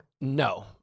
No